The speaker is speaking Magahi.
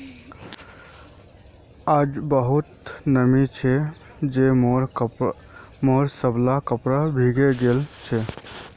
आइज बहुते नमी छै जे मोर सबला कपड़ा भींगे गेल छ